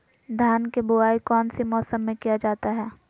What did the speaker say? धान के बोआई कौन सी मौसम में किया जाता है?